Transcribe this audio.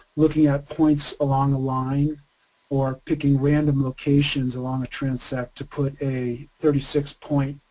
looking at points along a line or picking random locations along a transect to put a thirty six point,